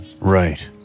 Right